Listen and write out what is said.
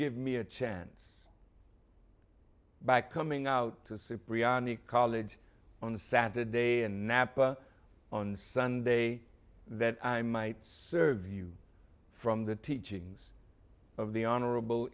give me a chance by coming out of college on a saturday and napa on sunday that i might serve you from the teachings of the honorable